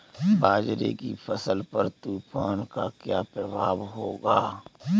बाजरे की फसल पर तूफान का क्या प्रभाव होगा?